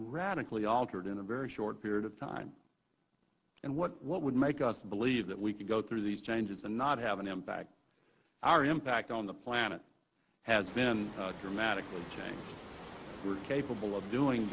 radically altered in a very short period of time and what what would make us believe that we can go through these changes and not have an impact our impact on the planet has been dramatically changed who is capable of doing